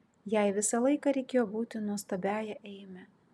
jai visą laiką reikėjo būti nuostabiąja eime